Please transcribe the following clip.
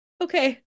okay